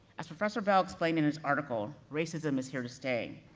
as professor bell explained in his article, racism is here to stay,